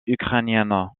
ukrainiennes